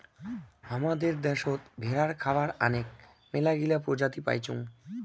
হামাদের দ্যাশোত ভেড়ার খাবার আনেক মেলাগিলা প্রজাতি পাইচুঙ